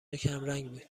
کمرنگ